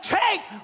take